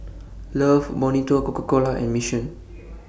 Love Bonito Coca Cola and Mission